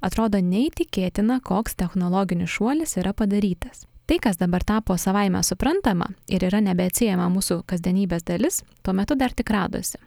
atrodo neįtikėtina koks technologinis šuolis yra padarytas tai kas dabar tapo savaime suprantama ir yra nebeatsiejama mūsų kasdienybės dalis tuo metu dar tik radosi